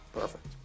Perfect